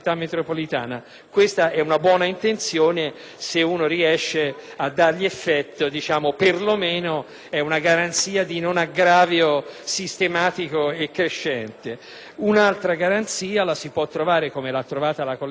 questa è una buona intenzione, se si riesce a darle effetto, o perlomeno è una garanzia di non aggravio sistematico e crescente. Un'ulteriore garanzia la si può trovare, come l'ha trovata la collega Bastico,